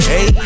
Hey